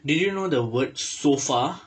did you know the word sofa